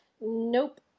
Nope